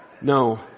No